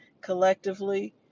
collectively